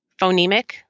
phonemic